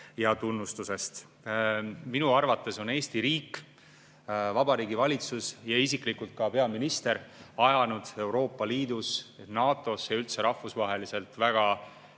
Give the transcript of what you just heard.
ja tunnustusest. Minu arvates on Eesti riik, Vabariigi Valitsus ja ka peaminister isiklikult ajanud Euroopa Liidus ja NATO-s ja üldse rahvusvaheliselt väga